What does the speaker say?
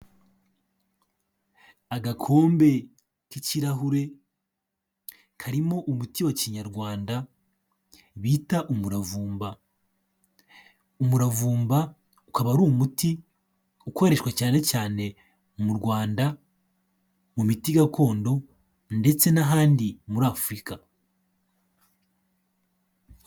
Agakombe k'ikirahure karimo umuti wa kinyarwanda bita umuravumba. Umuravumba ukaba ari umuti ukoreshwa cyane cyane mu Rwanda mu miti gakondo ndetse n'ahandi muri Afurika.